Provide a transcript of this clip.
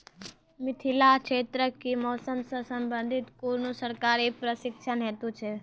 मिथिला क्षेत्रक कि मौसम से संबंधित कुनू सरकारी प्रशिक्षण हेतु छै?